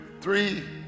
three